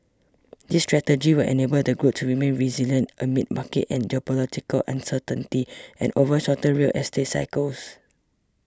this strategy will enable the group to remain resilient amid market and geopolitical uncertainty and over shortened real estate cycles